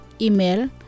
Email